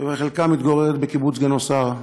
וחלקה מתגוררת בקיבוץ גינוסר,